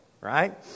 Right